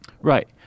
Right